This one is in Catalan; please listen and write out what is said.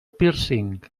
pírcing